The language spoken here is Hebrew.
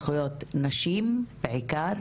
זכויות נשים בעיקר,